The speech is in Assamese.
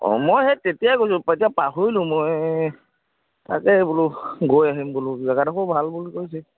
অঁ মই সেই তেতিয়াই গৈছোঁ এতিয়া পাহৰিলোঁ মই তাকে বোলো গৈ আহিম বোলোঁ জেগাডখৰ ভাল বুলি কৈছে